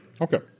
Okay